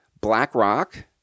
BlackRock